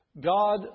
God